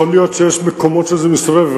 יכול להיות שיש מקומות שזה מסתובב,